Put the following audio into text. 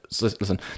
listen